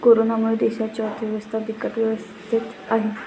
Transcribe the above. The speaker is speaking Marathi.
कोरोनामुळे देशाची अर्थव्यवस्था बिकट अवस्थेत आहे